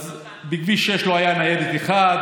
אז בכביש 6 לא הייתה ניידת אחת.